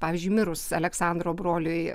pavyzdžiui mirus aleksandro broliui